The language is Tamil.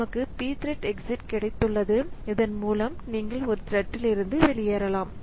நமக்கு pthread எக்ஸிட் கிடைத்துள்ளதுஇதன் மூலம் நீங்கள் ஒரு த்ரெட்லிருந்து வெளியேறலாம்